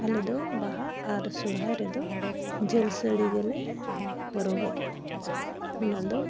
ᱟᱞᱮ ᱫᱚ ᱵᱟᱦᱟ ᱟᱨ ᱥᱚᱦᱨᱟᱭ ᱨᱮᱫᱚ ᱡᱷᱟᱹᱞ ᱥᱟᱹᱲᱤ ᱜᱮᱞᱮ ᱦᱚᱨᱚᱜᱚᱜᱼᱟ ᱚᱱᱟ ᱫᱚ